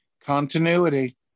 Continuity